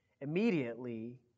immediately